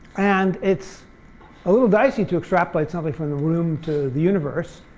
and it's a little dicey to extrapolate something from the room to the universe.